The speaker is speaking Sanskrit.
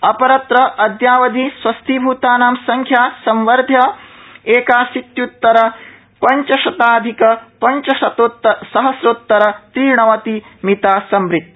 अपरत्र अद्यावधि स्वस्थीभूतानां संख्या संवध्य एकाशीत्य्तर पंचशताधिक पंचदशसहस्रोतर त्रिणवतिमिता संवृता